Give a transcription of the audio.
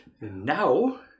Now